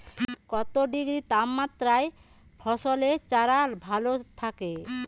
কত ডিগ্রি তাপমাত্রায় ফসলের চারা ভালো থাকে?